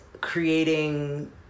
creating